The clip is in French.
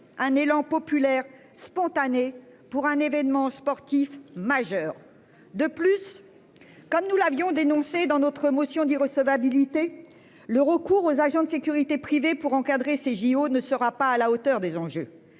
un élan populaire spontané pour un événement sportif majeur de plus. Comme nous l'avions dénoncés dans notre motion d'irrecevabilité, le recours aux agents de sécurité privés pour encadrer ces JO ne sera pas à la hauteur des enjeux.